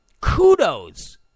Kudos